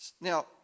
Now